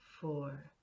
four